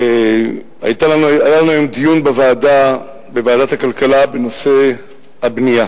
היה לנו היום דיון בוועדת הכלכלה בנושא הבנייה,